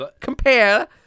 compare